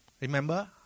remember